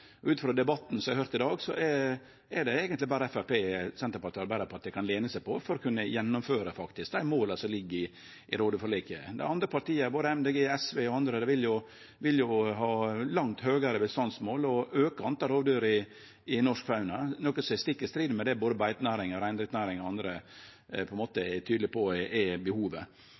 Ut frå debatten eg har høyrt i dag, er det eigentleg berre Framstegspartiet som Senterpartiet og Arbeidarpartiet kan lene seg på for faktisk å kunne gjennomføre dei måla som ligg i rovdyrforliket. Dei andre partia, både Miljøpartiet Dei Grøne, SV og andre vil jo ha langt høgare bestandsmål og auke talet på rovdyr i norsk fauna, noko som er stikk i strid med det både beitenæringa, reindriftsnæringa og andre er tydelege på er behovet.